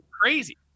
crazy